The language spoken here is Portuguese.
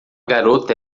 garota